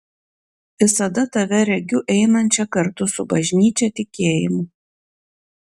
visada tave regiu einančią kartu su bažnyčia tikėjimu